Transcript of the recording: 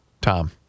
Tom